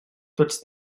tots